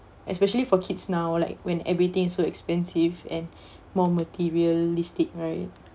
especially for kids now like when everything is so expensive and more materialistic right